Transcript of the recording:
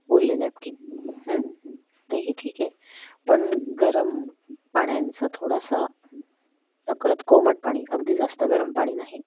ओले नॅपकीन तेही ठीक आहे पण गरम पाण्यांचा थोडासा नकळत कोमट पाणी अगदी जास्त गरम पाणी नाही